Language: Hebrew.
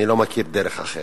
אני לא מכיר דרך אחרת.